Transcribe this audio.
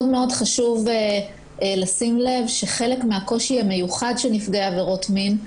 מאוד מאוד חשוב לשים לב שחלק מהקושי המיוחד של נפגעי עבירות מין,